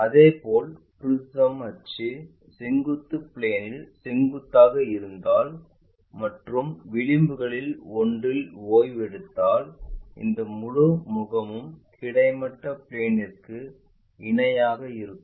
அதேபோல் ப்ரிஸம் அச்சு செங்குத்து பிளேன்இல் செங்குத்தாக இருந்தால் மற்றும் விளிம்புகளில் ஒன்றில் ஓய்வெடுத்தால் இந்த முழு முகமும் கிடைமட்ட பிளேன்ற்கு இணையாக இருக்கும்